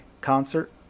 concert